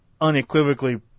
unequivocally